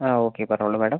ആ ഓക്കെ പറഞ്ഞോളൂ മാഡം